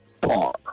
Bar